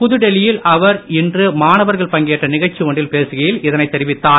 புதுடெல்லியில் அவர் இன்று மாணவர்கள் பங்கேற்ற நிகழ்ச்சி ஒன்றில் பேசுகையில் இதை தெரிவித்தார்